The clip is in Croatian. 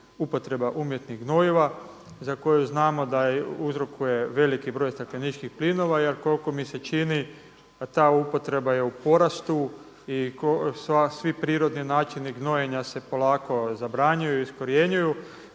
upotreba umjetnih gnojiva za koje znamo da uzrokuje veliki broj stakleničkih plinova, jel koliko mi se čini ta upotreba je u porastu i svi prirodni načini gnojenja se polako zabranjuju, iskorjenjuju.